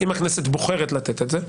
אם הכנסת בוחרת לתת את זה,